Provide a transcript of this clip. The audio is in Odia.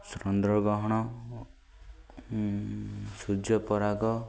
ରନ୍ଦ୍ରଗ୍ରହଣ ସୂର୍ଯ୍ୟପରାଗ